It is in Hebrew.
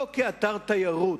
לא כאתר תיירות,